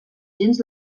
gens